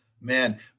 man